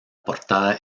portada